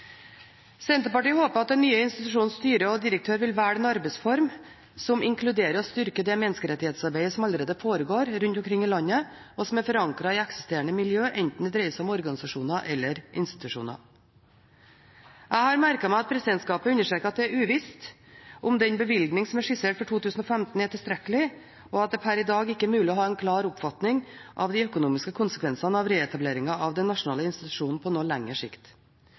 Senterpartiet håper at den nye institusjonens styre og direktør vil velge en arbeidsform som inkluderer og styrker det menneskerettighetsarbeidet som allerede foregår rundt omkring i landet, og som er forankret i eksisterende miljøer, enten det dreier seg om organisasjoner eller om institusjoner. Jeg har merket meg at presidentskapet understreker at det er uvisst om den bevilgning som er skissert for 2015, er tilstrekkelig, og at det per i dag ikke er mulig å ha en klar oppfatning av de økonomiske konsekvensene av reetableringen av den nasjonale institusjonen på noe lengre sikt.